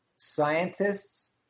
scientists